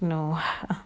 no